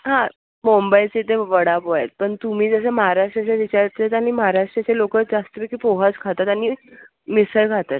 हां मुंबईचे ते वडापाव आहे पण तुम्ही जसं महाराष्ट्राचा विचारता आणि महाराष्ट्राच्या लोक जास्त पैकी पोहाच खातात आणि मिसळ खातात